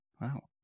Wow